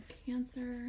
cancer